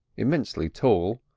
immensely tall,